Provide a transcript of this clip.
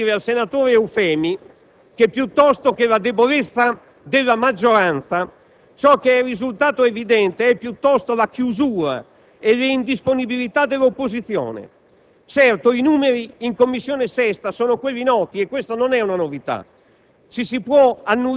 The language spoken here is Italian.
Qui voglio dire al senatore Eufemi che, piuttosto che la debolezza della maggioranza, ciò che è risultato evidente è la chiusura e l'indisponibilità dell'opposizione. Certo, i numeri in 6a Commissione sono quelli noti, non è una novità.